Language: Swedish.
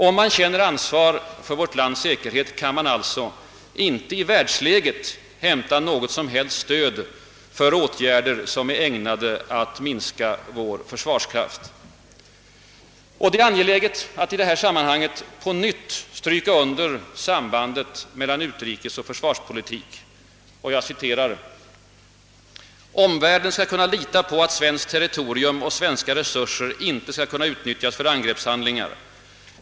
Om man känner ansvar för vårt lands säkerhet kan man alltså inte i världsläget hämta nå got som helst stöd för åtgärder som är ägnade att minska vår försvarskraft. Det är angeläget att i detta sammanhang på nytt stryka under sambandet mellan utrikesoch försvarspolitik. »Omvärlden skall kunna lita på att svenskt territorium och svenska resurser inte skall kunna utnyttjas för angreppshandlingar.